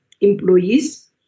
employees